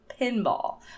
pinball